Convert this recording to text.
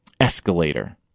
escalator